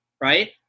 right